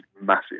massive